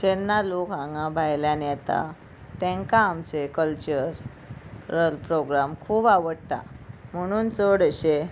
जेन्ना लोक हांगा भायल्यान येता तेंकां आमचें कल्चर प्रोग्राम खूब आवडटा म्हणून चड अशें